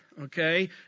okay